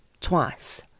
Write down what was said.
twice